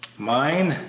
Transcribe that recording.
mine!